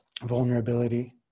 vulnerability